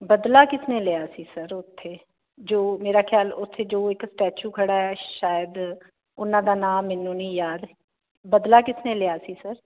ਬਦਲਾ ਕਿਸਨੇ ਲਿਆ ਸੀ ਸਰ ਉਥੇ ਜੋ ਮੇਰਾ ਖਿਆਲ ਉਥੇ ਜੋ ਇੱਕ ਸਟੈਚੂ ਖੜਾ ਸ਼ਾਇਦ ਉਹਨਾਂ ਦਾ ਨਾਮ ਮੈਨੂੰ ਨਹੀਂ ਯਾਦ ਬਦਲਾ ਕਿਸਨੇ ਲਿਆ ਸੀ ਸਰ